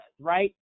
right